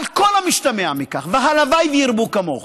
על כל המשתמע מכך, והלוואי שירבו כמוך.